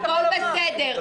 הכול בסדר.